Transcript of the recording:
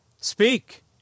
speak